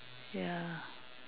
ya